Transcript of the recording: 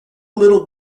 little